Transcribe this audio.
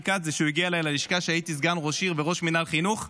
כץ זה כשהוא הגיע אליי ללשכה כשהייתי סגן ראש עיר וראש מינהל חינוך,